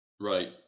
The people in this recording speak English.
Right